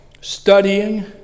studying